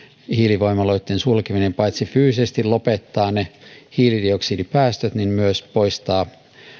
hiilivoimaloitten sulkeminen paitsi fyysisesti lopettaa ne hiilidioksidipäästöt myös poistaa